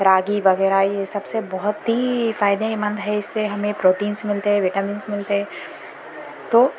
راگی وغیرہ یہ سب سے بہت ہی فائدہ مند ہے اس سے ہمیں پروٹینس ملتے ہے وٹامنس ملتے ہے تو